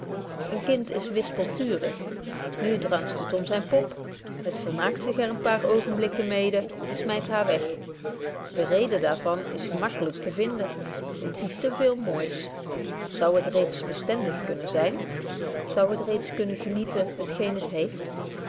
een kind is wispeltuurig nu dranst het om zyn pop het vermaakt er zich een paar oogenblikken mede en smyt haar weg de rede daar van is gemaklyk te vinden het ziet te veel moois zou het reeds bestendig kunnen zyn zou het reeds kunnen genieten het geen het heeft